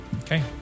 Okay